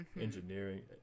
engineering